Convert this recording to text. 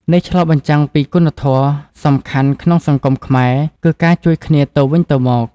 នេះឆ្លុះបញ្ចាំងពីគុណធម៌សំខាន់ក្នុងសង្គមខ្មែរគឺការជួយគ្នាទៅវិញទៅមក។